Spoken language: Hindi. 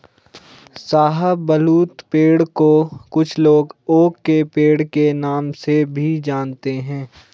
शाहबलूत पेड़ को कुछ लोग ओक के पेड़ के नाम से भी जानते है